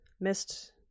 missed